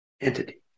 entity